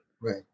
Right